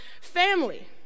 family